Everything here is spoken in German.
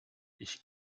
ich